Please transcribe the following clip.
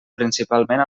principalment